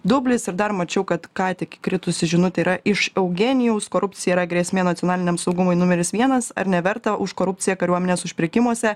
dublis ir dar mačiau kad ką tik įkritusi žinutė yra iš eugenijaus korupcija yra grėsmė nacionaliniam saugumui numeris vienas ar neverta už korupciją kariuomenės užpirkimuose